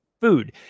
food